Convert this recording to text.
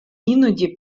іноді